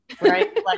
right